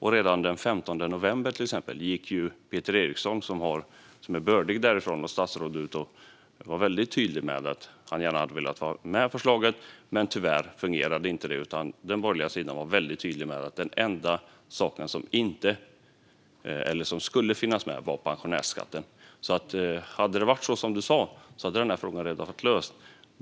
Redan den 15 november gick statsrådet Peter Eriksson, som är bördig därifrån, ut och var mycket tydlig med att han gärna hade velat ha med förslaget. Tyvärr fungerade inte det, utan den borgerliga sidan var mycket tydlig med att den enda sak som skulle finnas med var det som gällde pensionärsskatten. Hade det varit så som du sa, Mattias Karlsson, hade den här frågan redan varit löst.